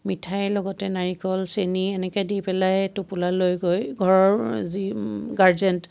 মিঠাইৰ লগতে নাৰিকল চেনী এনেকৈ দি পেলাই টোপোলা লৈ গৈ ঘৰৰ যি গাৰ্জেণ্ট